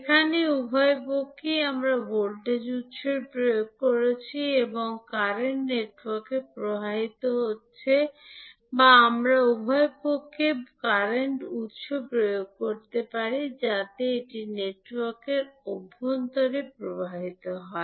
এখানে উভয় পক্ষেই আমরা ভোল্টেজ উত্স প্রয়োগ করছি এবং বর্তমানটি নেটওয়ার্কে প্রবাহিত হচ্ছে বা আমরা উভয় পক্ষের বর্তমান উত্স প্রয়োগ করতে পারি যাতে এটি নেটওয়ার্কের অভ্যন্তরে প্রবাহিত হয়